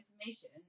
information